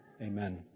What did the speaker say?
amen